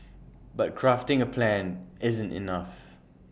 but crafting A plan isn't enough